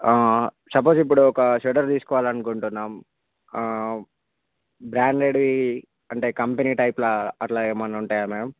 suppose ఇప్పుడు ఒక sweater తీసుకోవాలనుకుంటున్నాం బ్రాండెడ్వి అంటే కంపెనీ టైప్లా అట్లా ఏమైనా ఉంటాయా మ్యామ్